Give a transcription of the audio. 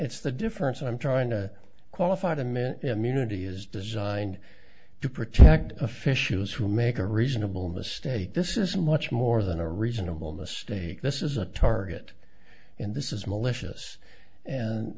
it's the difference i'm trying to qualify to mint immunity is designed to protect officials who make a reasonable mistake this is much more than a reasonable mistake this is a target in this is malicious